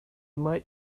might